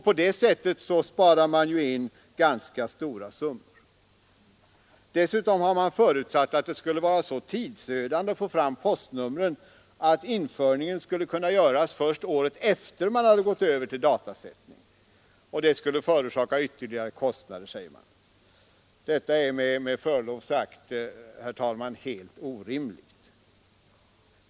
På det sättet sparar man in ganska stora summor. Dessutom har man förutsatt att det skulle vara så tidsödande att få fram postnumren att införandet skulle kunna göras först året efter det att man gått över till datasättning. Detta är med förlov sagt, herr talman, helt orimligt.